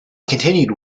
continued